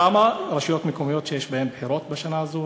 בכמה רשויות מקומיות יש בחירות בשנה הזו,